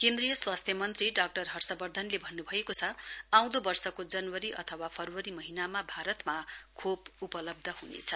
केनद्रीय स्वास्थ्य मन्त्री डाक्टर हर्षवर्धनले भन्नुभएको छ आउँदो वर्षको जनवरी अथवा फरवरी महीनामा भारतमा खोप उपलव्ध हुनेछ